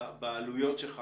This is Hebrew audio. שהעלויות שלך